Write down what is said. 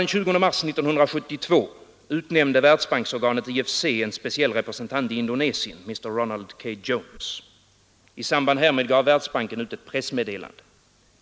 Den 20 mars 1972 utnämnde världsbanksorganet IFC en speciell representant i Indonesien, mr Ronald K. Jones. I samband härmed gav Världsbanken ut ett pressmeddelande.